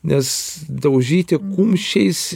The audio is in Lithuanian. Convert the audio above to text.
nes daužyti kumščiais